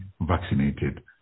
vaccinated